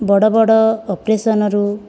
ବଡ଼ ବଡ଼ ଅପରେସନରୁ